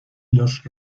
los